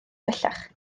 bellach